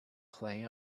clay